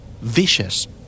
vicious